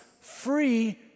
free